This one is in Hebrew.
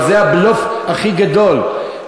זה הבלוף הכי גדול,